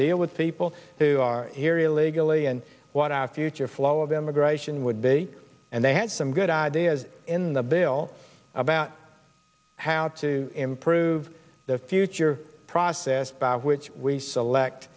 deal with people who are here illegally and what our future flow of immigration would be and they had some good ideas in the bill about how to improve the future process which we